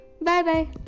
Bye-bye